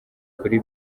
kuri